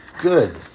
good